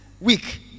week